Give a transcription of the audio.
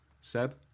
Seb